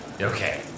Okay